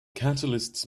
catalysts